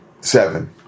seven